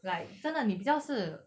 like 真的你比较是